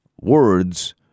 words